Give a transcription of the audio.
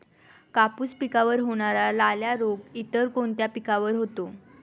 कापूस पिकावर होणारा लाल्या रोग इतर कोणत्या पिकावर होतो?